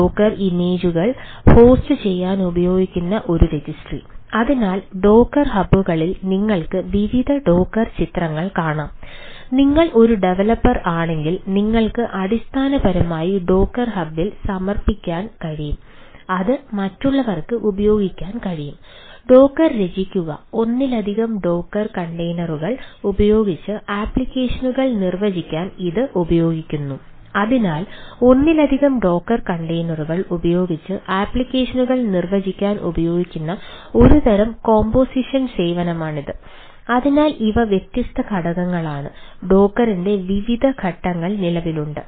Docker hub വിവിധ ഘടകങ്ങൾ നിലവിലുണ്ട്